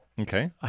Okay